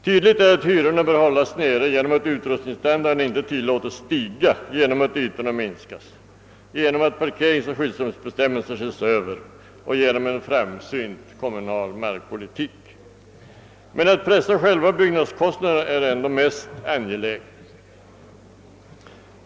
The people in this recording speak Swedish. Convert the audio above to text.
Tydligt är att hyrorna bör hållas nere genom att utrustningsstandarden inte tillåtes stiga, genom att ytorna minskas, genom att parkeringsoch skyddsrumsbestämmelser ses över och genom en framsynt kommunal markpolitik. Men att pressa själva byggnadskostnaderna är ändå mest angeläget.